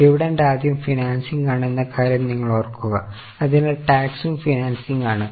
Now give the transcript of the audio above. dividend ആദ്യം financing ആണെന്ന കാര്യം നിങ്ങൾ ഓർക്കുക അതിനാൽ ടാക്സും ഫിനാൻസിങ് ആണ്